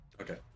Okay